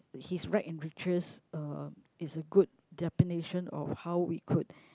his rag and riches uh is a good definition of how we could